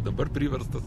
dabar priverstas